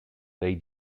they